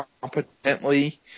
competently